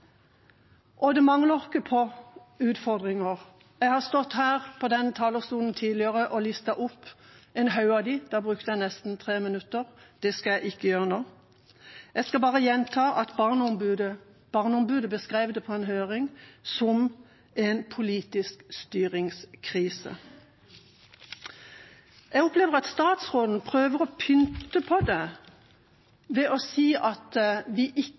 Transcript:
kjempealvorlig. Det mangler ikke på utfordringer. Jeg har stått her på denne talerstolen tidligere og listet opp en haug av dem, og da brukte jeg nesten tre minutter. Det skal jeg ikke gjøre nå. Jeg skal bare gjenta at Barneombudet i en høring beskrev det som en politisk styringskrise. Jeg opplever at statsråden prøver å pynte på det ved å si at vi